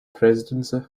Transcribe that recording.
presidency